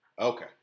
Okay